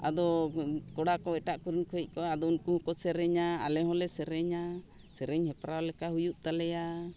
ᱟᱫᱚ ᱠᱚᱲᱟ ᱠᱚ ᱮᱴᱟᱜ ᱠᱚ ᱨᱩᱻ ᱠᱚ ᱦᱮᱡ ᱠᱚᱜᱼᱟ ᱟᱫᱚ ᱩᱱᱠᱩ ᱦᱚᱸᱠᱚ ᱥᱮᱨᱮᱧᱟ ᱟᱞᱮ ᱦᱚᱸᱞᱮ ᱥᱮᱨᱮᱧᱟ ᱥᱮᱨᱮᱧ ᱦᱮᱯᱨᱟᱣ ᱞᱮᱠᱟ ᱦᱩᱭᱩᱜ ᱛᱟᱞᱮᱭᱟ